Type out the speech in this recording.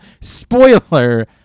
Spoiler